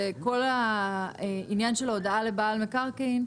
כל העניין של ההודעה לבעל מקרקעין,